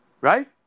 Right